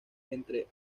entre